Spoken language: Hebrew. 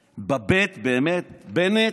בב' באמת, בנט.